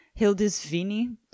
Hildisvini